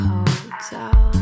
Hotel